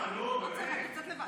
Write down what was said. לא צריך, אני יוצאת לבד.